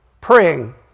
praying